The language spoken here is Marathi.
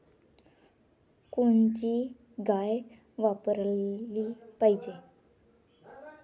कोनची गाय वापराली पाहिजे?